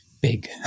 big